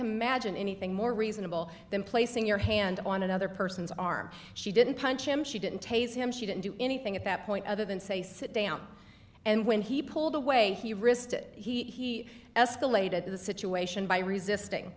imagine anything more reasonable than placing your hand on another person's arm she didn't punch him she didn't tase him she didn't do anything at that point other than say sit down and when he pulled away he resisted he escalated the situation by resisting